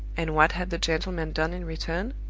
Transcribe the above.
and what had the gentleman done in return?